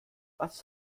was